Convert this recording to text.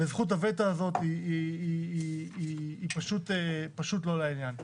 וזכות הווטו הזאת היא פשוט לא לעניין.